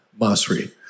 Masri